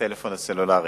בטלפון הסלולרי.